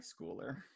schooler